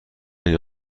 این